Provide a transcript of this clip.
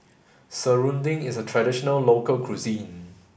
Serunding is a traditional local cuisine